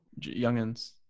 Youngins